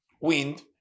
wind